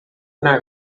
una